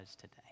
today